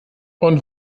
und